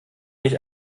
nicht